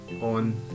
on